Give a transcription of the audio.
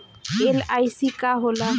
LIC का होला?